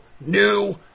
new